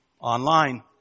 online